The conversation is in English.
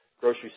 grocery